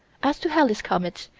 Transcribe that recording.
as to halley's comet,